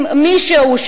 אם מישהו,